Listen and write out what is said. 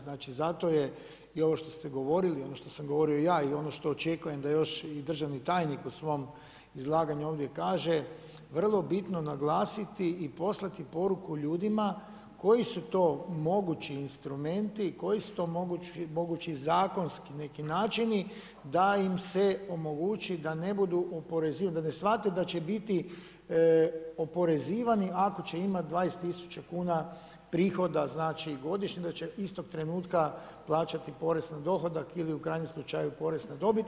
Zato je i ovo što ste govorili, ono to sam govorio ja i ono što očekujem da još i državni tajnik u svom izlaganju ovdje kaže, vrlo bitno naglasiti i poslati poruku ljudima koji su to mogući instrumenti i koji su to mogući zakonski načini da im se omogući da ne budu, da ne shvate da će biti oporezivani ako će imati 20.000 kuna prihoda godišnje, da će istog trenutka plaćati porez na dohodak ili u krajnjem slučaju porez na dobit.